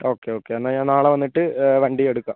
okay okay എന്നാൽ ഞാൻ നാളെ വന്നിട്ട് വണ്ടി എടുക്കാം